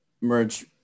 merge